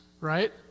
right